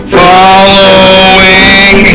following